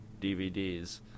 DVDs